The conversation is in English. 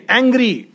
angry